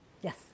Yes